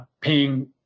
paying